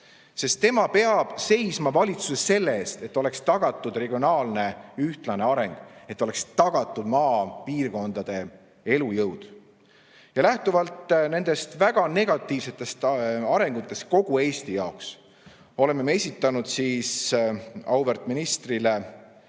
sest tema peab seisma valitsuses selle eest, et oleks tagatud ühtlane regionaalne areng, et oleks tagatud maapiirkondade elujõud. Lähtuvalt nendest väga negatiivsetest arengutest kogu Eesti jaoks, oleme me esitanud auväärt ministrile